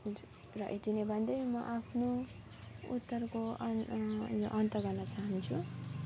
र यति नै भन्दै म आफ्नो उत्तरको यो अन्त्य गर्न चाहन्छु